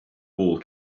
wall